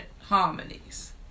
harmonies